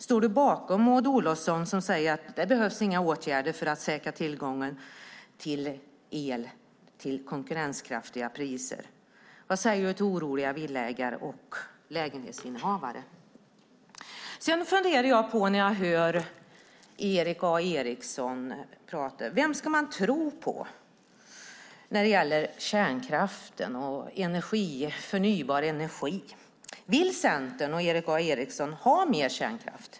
Står du bakom Maud Olofsson, som säger att det inte behövs några åtgärder för att säkra tillgången till el till konkurrenskraftiga priser? Vad säger du till oroliga villaägare och lägenhetsinnehavare? När jag hör Erik A Eriksson prata undrar jag: Vem ska man tror på när det gäller kärnkraften och förnybar energi? Vill Centern och Erik A Eriksson ha mer kärnkraft?